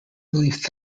believed